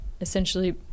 essentially